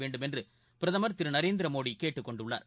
வேண்டும் என்று பிரதமர் திரு நரேந்திர மோடி கேட்டுக் கொண்டுள்ளார்